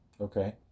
Okay